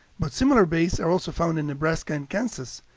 but similar bays are also found in nebraska and kansas,